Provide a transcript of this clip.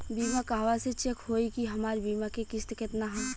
बीमा कहवा से चेक होयी की हमार बीमा के किस्त केतना ह?